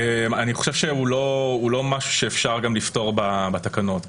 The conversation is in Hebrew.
הוא לא משהו שאפשר לפתור בתקנות.